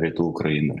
rytų ukrainoje